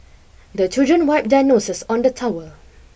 the children wipe their noses on the towel